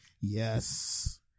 Yes